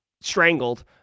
strangled